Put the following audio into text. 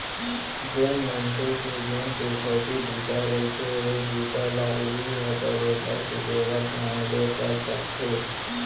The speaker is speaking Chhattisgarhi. जेन मनसे के जेन पुरखउती बूता रहिथे ओ बूता ल उहीं ह बरोबर सुबेवत ढंग ले कर सकथे